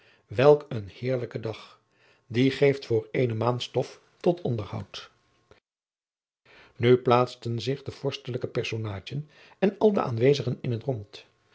welk een heerlijke dag die geeft voor eene maand stof tot onderhoud nu plaatsten zich de vorstelijke personaadjen en al de aanwezigen in het rond